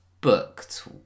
booked